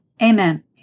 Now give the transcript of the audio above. Amen